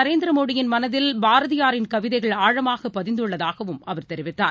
நரேந்திரமோடியின் மனதில் பாரதியாரின் கவிதைகள் ஆழமாகபதிந்துள்ளதாகவும் அவர் தெரிவித்தார்